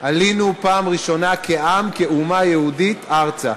עלינו בפעם הראשונה כעם, כאומה יהודית, ארצה.